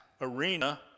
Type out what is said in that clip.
arena